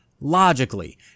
logically